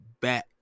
back